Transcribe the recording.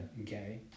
Okay